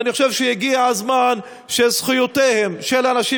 ואני חושב שהגיע הזמן שזכויותיהם של אנשים